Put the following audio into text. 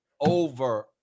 over